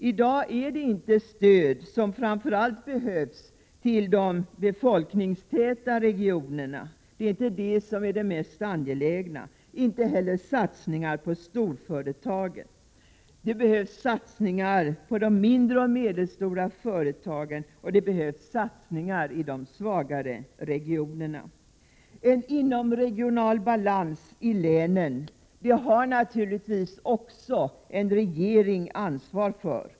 I dag är det inte stödet till befolkningstäta regioner som är det mest angelägna. Inte hellar är det satsningar på storföretagen som är viktigast. I stället behövs det satsningar på de mindre och medelstora företagen och på de svagare regionerna. Den inomregionala balansen i länen har en regering naturligtvis också ett ansvar för.